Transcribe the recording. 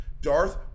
Darth